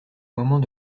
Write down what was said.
moment